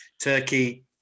turkey